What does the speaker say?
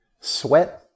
sweat